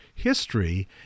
history